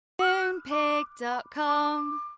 Moonpig.com